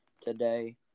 today